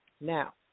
Now